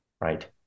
right